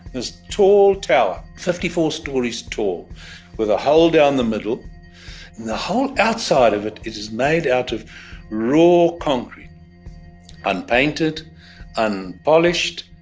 this tall tower, fifty four stories tall with a hole down the middle. and the whole outside of it is made out of raw concrete and painted and polished.